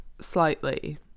slightly